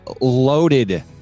loaded